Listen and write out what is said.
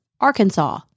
Arkansas